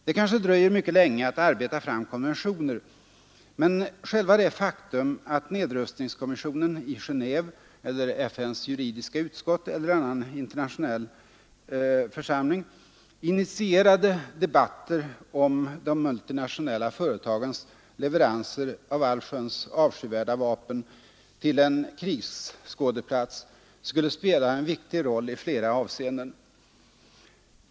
Det tar kanske lång tid att arbeta fram konventioner, men själva det faktum att nedrustningskommissionen i Genéve eller FN:s juridiska utskott eller annan internationell församling initierade debatter om de multinationella företagens leveranser av allsköns avskyvärda vapen till en krigsskådeplats skulle spela en viktig roll i flera avseenden.